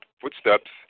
footsteps